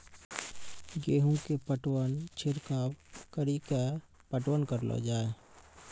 गेहूँ के पटवन छिड़काव कड़ी के पटवन करलो जाय?